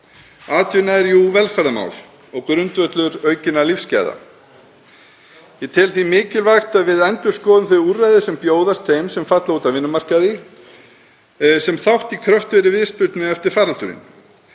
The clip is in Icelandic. Atvinna er jú velferðarmál og grundvöllur aukinna lífsgæða. Ég tel því mikilvægt að við endurskoðum þau úrræði sem bjóðast þeim sem falla út af vinnumarkaði sem þátt í kröftugri viðspyrnu eftir faraldurinn.